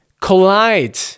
collide